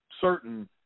certain